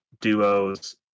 duos